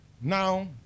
Now